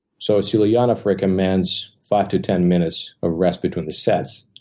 so sulianav recommends five to ten minutes of rest between the sets,